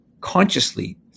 consciously